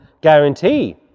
guarantee